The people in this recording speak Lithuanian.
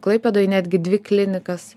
klaipėdoj netgi dvi klinikas